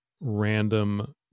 random